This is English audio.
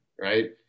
right